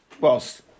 whilst